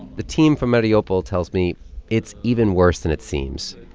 the team from mariupol tells me it's even worse than it seems.